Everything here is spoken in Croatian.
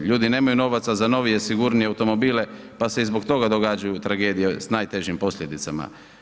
Ljudi nemaju novaca za novije, sigurnije automobile, pa se i zbog toga događaju tragedije s najtežim posljedicama.